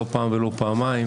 לא פעם ולא פעמיים,